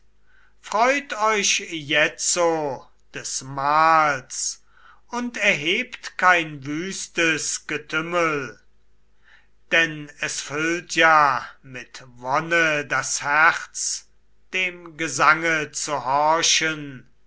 freut euch jetzo des mahls und erhebt kein wüstes getümmel denn es füllt ja mit wonne das herz dem gesange zu horchen